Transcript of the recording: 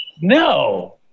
No